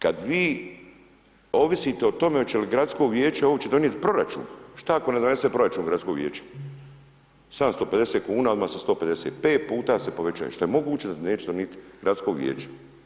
Kad vi ovisite o tome oće li gradsko vijeće uopće donijet proračun, šta ako ne donese proračun gradsko vijeće, 750 kuna odmah sa 150, 5 puta se povaćaje, što je moguće da neće donit gradsko vijeće.